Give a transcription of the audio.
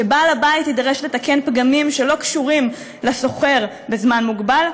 שבעל-הבית יידרש לתקן פגמים שלא קשורים לשוכר בזמן מוגבל,